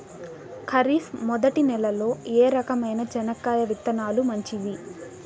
ఖరీఫ్ మొదటి నెల లో ఏ రకమైన చెనక్కాయ విత్తనాలు మంచివి